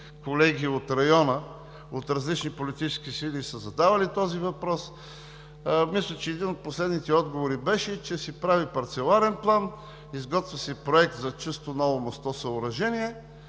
колеги от района от различни политически сили са задавали този въпрос. Мисля, че един от последните отговори беше, че се прави парцеларен план, изготвя се проект за чисто ново мостово съоръжение,